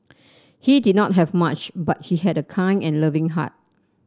he did not have much but he had a kind and loving heart